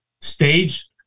stage